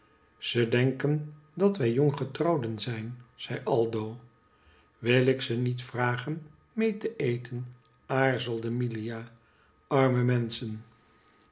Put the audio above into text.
ze denken dat wij jonggetrouwden zijn zei aldo wil ik ze niet vragen mee te eten aarzelde milia arme menschen